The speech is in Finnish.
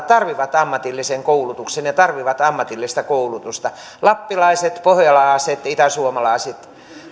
tarvitsevat ammatillisen koulutuksen ja tarvitsevat ammatillista koulutusta lappilaiset pohjalaiset itäsuomalaiset